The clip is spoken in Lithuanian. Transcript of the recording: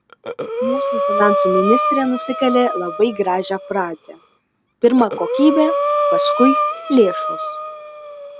mūsų finansų ministrė nusikalė labai gražią frazę pirma kokybė paskui lėšos